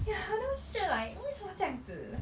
ya then just 觉得 like 为什么这样子